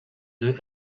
deux